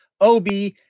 OB